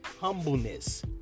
humbleness